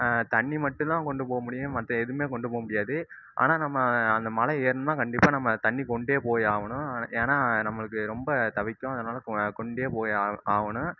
தண்ணி மட்டுந்தான் கொண்டுபோக முடியும் மற்ற எதுவுமே கொண்டு போக முடியாது ஆனால் நம்ம அந்த மலை ஏறணும்னா கண்டிப்பாக நம்ம தண்ணி கொண்டே போய் ஆகணும் ஏன்னா நம்மளுக்கு ரொம்ப தவிக்கும் அதனால் கொண்டே போய் ஆ ஆகணும்